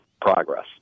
progress